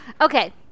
okay